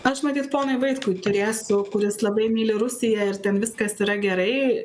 aš matyt ponui vaitkui turėsiu kuris labai myli rusiją ir ten viskas yra gerai